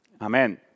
Amen